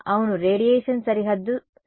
అవును రేడియేషన్ సరిహద్దు షరతు తో సమస్య ఏమిటి